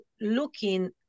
looking